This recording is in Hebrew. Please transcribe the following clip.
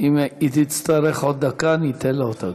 אם היא תצטרך עוד דקה אני אתן לה אותה.